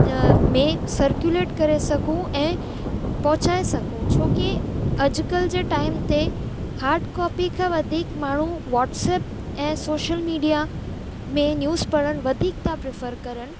में सर्कुलेट करे सघूं ऐं पहुचाए सघूं छोकी अॼुकल्ह जे टाइम ते हार्ड कॉपी खां वधीक माण्हू वॉट्सप ऐं सोशल मीडिया में न्यूस पढ़णु वधीक था प्रैफर कनि